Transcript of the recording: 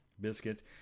biscuits